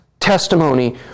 testimony